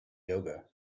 yoga